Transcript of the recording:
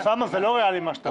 אוסמה, זה לא ריאלי מה שאתה אומר.